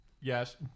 Yes